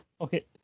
Okay